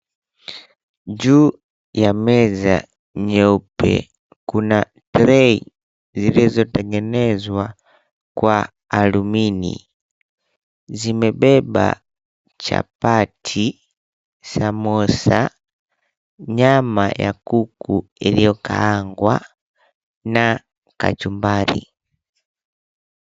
Juu ya meza nyeupe, kuna trei zilizotengenezwa kwa alumini. Zimebeba chapati, samosa, nyama ya kuku iliyokaangwa na kachumbari.